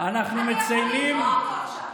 אתה יכול למנוע אותו עכשיו.